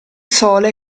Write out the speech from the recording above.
sole